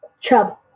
Chub